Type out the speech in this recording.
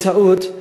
בטעות,